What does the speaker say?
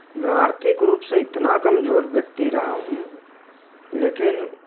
मैं आर्थिक रूप से इतना कमजोर व्यक्ति रहा हूँ लेकिन